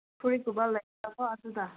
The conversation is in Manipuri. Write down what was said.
ꯐꯨꯔꯤꯠꯀꯨꯝꯕ ꯂꯩꯕ꯭ꯔꯥ ꯀꯣ ꯑꯗꯨꯗ